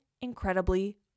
incredibly